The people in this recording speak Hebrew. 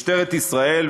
משטרת ישראל,